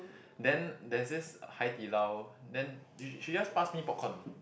then there's this Hai-Di-Lao then she she just pass me popcorn